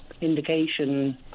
indication